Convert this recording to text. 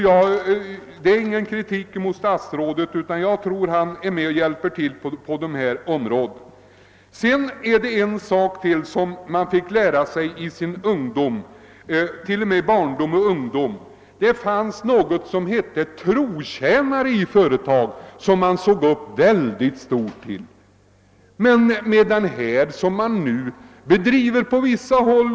Detta är ingen kritik mot statsrådet; jag tror att han hjälper till på dessa områden. Jag fick lära mig i min barndom och ungdom att det fanns något som hette trotjänare i företagen och att de var personer som man såg upp till.